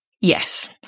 Yes